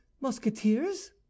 musketeers